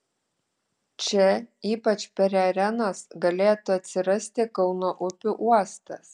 čia ypač prie arenos galėtų atsirasti kauno upių uostas